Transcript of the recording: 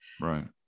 right